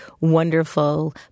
wonderful